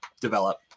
develop